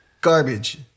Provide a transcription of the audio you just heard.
Garbage